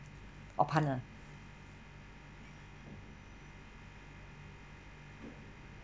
opener